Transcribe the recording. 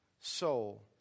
soul